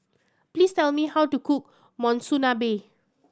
please tell me how to cook Monsunabe